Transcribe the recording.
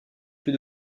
peut